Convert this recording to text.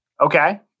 Okay